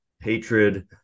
hatred